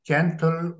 Gentle